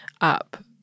up